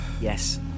Yes